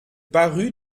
parus